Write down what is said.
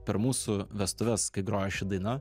per mūsų vestuves kai groja ši daina